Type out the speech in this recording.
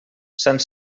sant